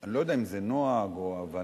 אני לא יודע אם זה נוהג או הבנה,